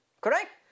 Correct